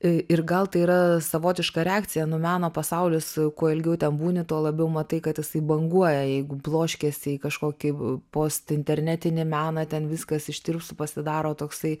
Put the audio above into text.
ir gal tai yra savotiška reakcija nu meno pasaulis kuo ilgiau ten būni tuo labiau matai kad jisai banguoja jeigu bloškėsi į kažkokį post internetinį meną ten viskas ištirps pasidaro toksai